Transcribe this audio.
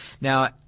Now